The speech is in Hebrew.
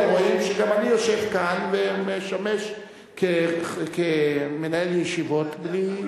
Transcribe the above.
אתם רואים שגם אני יושב כאן ומשמש כמנהל ישיבות בלי